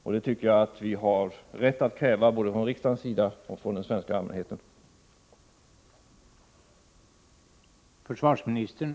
Detta tycker jag att både riksdagen och den svenska allmänheten har rätt att kräva.